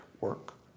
work